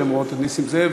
לא, הן רואות את נסים זאב.